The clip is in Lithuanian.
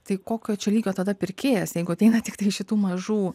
tai kokio čia lygio tada pirkėjas jeigu ateina tiktai šitų mažų